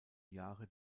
jahre